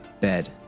bed